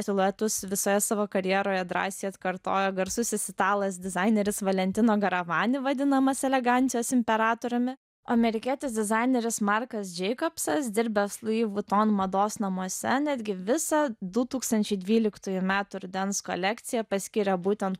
siluetus visoje savo karjeroje drąsiai atkartojo garsusis italas dizaineris valentino garavani vadinamas elegancijos imperatoriumi amerikietis dizaineris markas džeikobsas dirbęs lois vuitton mados namuose netgi visą du tūkstančiai dvyliktųjų metų rudens kolekciją paskyrė būtent